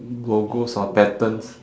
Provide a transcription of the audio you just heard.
logos or patterns